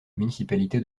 municipalité